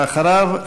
ואחריו,